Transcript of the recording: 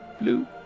Blue